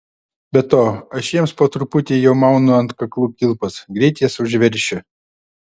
be to aš jiems po truputį jau maunu ant kaklų kilpas greit jas užveršiu